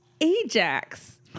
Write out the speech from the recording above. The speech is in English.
Ajax